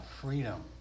freedom